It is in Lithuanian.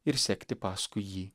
ir sekti paskui jį